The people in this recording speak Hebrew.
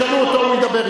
תשאלו אותו, הוא ידבר אתכם.